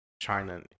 China